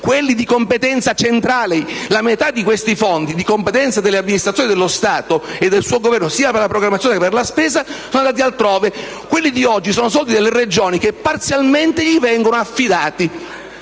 quelli di competenza centrale. La metà di questi fondi di competenza delle amministrazioni dello Stato e del suo Governo, sia per la programmazione che per la spesa, sono andati altrove. Quelli di oggi sono soldi delle Regioni che parzialmente vengono loro affidati.